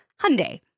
Hyundai